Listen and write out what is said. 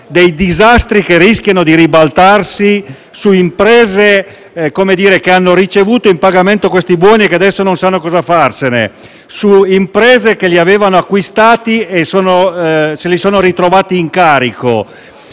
dei disastri che rischiano di ripercuotersi su imprese che hanno ricevuto in pagamento questi buoni e che adesso non sanno cosa farsene, su imprese che li avevano acquistati e se li sono ritrovati in carico,